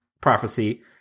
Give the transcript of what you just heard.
prophecy